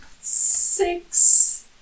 Six